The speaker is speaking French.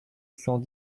cent